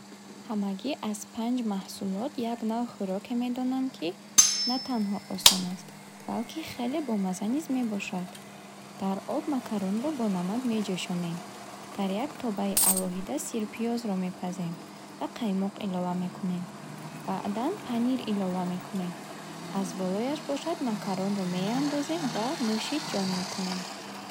Ҳамагӣ аз панҷ маҳсулот як навъ хӯроке медонам, ки на танҳо осон аст балки хеле бомаза низ мебошад. Дар об макронро бо намак меҷӯшонем. Дар як тобаи алоҳида сирпиёзро мепазем, ва қаймоқ илова мекунем. Баъдан панир илова мекунем. Аз болояш бошад макаронро меандозем ва нӯши ҷон мекунем.